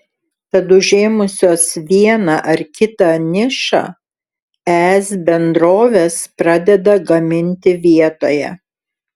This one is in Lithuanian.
tad užėmusios vieną ar kitą nišą es bendrovės pradeda gaminti vietoje